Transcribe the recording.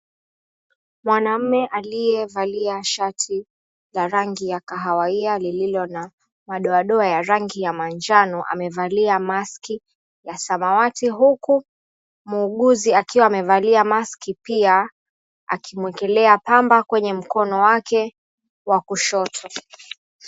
Mwanaume aliyevalia shati la rangi ya kahawia lililo na madoadoa ya rangi ya manjano, amevalia maski ya samawati. Huku muuguzi akiwa amevalia maski pia, akimwekelea pamba kwenye mkono wake wa kushoto.